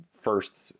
first